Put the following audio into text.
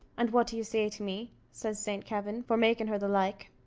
and what do you say to me, says saint kavin, for making her the like?